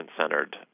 centered